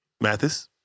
Mathis